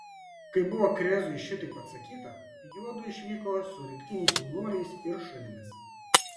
kai buvo krezui šitaip atsakyta juodu išvyko su rinktiniais jaunuoliais ir šunimis